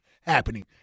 happening